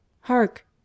hark